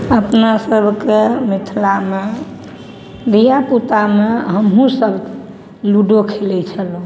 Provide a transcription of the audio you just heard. अपना सभके मिथिलामे धियापुतामे हमहुँ सभ लूडो खेलय छलहुँ